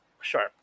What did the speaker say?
Sure